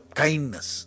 kindness